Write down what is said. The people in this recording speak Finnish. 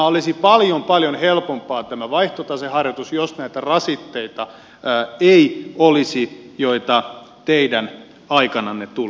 olisi paljon paljon helpompaa tämä vaihtotaseharjoitus jos näitä rasitteita ei olisi joita teidän aikananne tuli